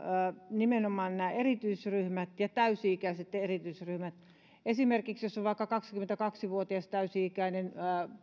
nimenomaan nämä erityisryhmät ja täysi ikäiset erityisryhmät esimerkiksi jos on vaikka kaksikymmentäkaksi vuotias täysi ikäinen